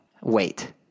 wait